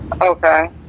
Okay